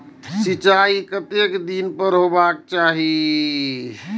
सिंचाई कतेक दिन पर हेबाक चाही?